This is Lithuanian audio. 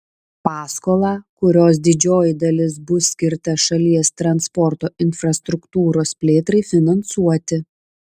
paskolą kurios didžioji dalis bus skirta šalies transporto infrastruktūros plėtrai finansuoti